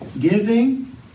giving